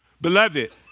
Beloved